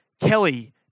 Kelly